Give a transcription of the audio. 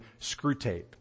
Screwtape